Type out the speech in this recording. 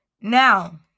Now